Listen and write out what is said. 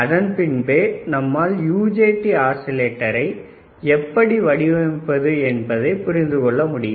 அதன் பின்பே நம்மால் UJT ஆஸிலேட்டரை எப்படி வடிவமைப்பது என்பதை புரிந்துகொள்ள முடியும்